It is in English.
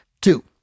Two